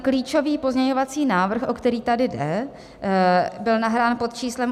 Klíčový pozměňovací návrh, o který tady jde, byl nahrán pod číslem 8091.